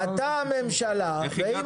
גמרנו את